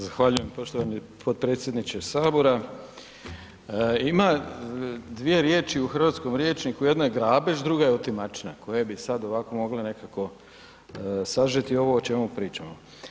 Zahvaljujem poštovani podpredsjedniče sabora, ima dvije riječi u hrvatskom rječniku jedna je grabež, druga je otimačina, koje bi sad ovako mogli nekako sažeti ovo o čemu pričamo.